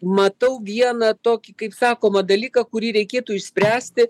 matau vieną tokį kaip sakoma dalyką kurį reikėtų išspręsti